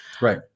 Right